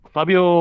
Fabio